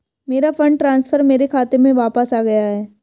मेरा fund transfer मेरे खाते में वापस आ गया है